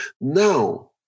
Now